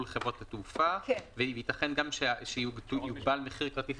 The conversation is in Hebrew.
לחברות התעופה וייתכן שיוגבל מחיר כרטיס